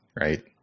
Right